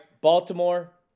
Baltimore